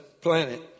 planet